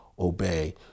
Obey